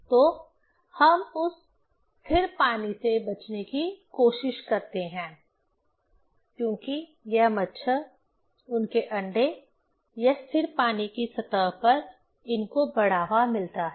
तो हम उस स्थिर पानी से बचने की कोशिश करते हैं क्योंकि यह मच्छर उनके अंडे यह स्थिर पानी की सतह पर इनको बढ़ावा मिलता है